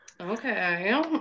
Okay